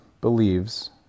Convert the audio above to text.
believes